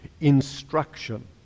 instruction